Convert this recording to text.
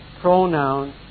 pronoun